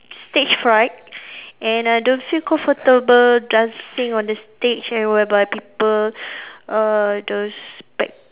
stage fright and I don't feel comfortable dancing on the stage and whereby people uh the spec~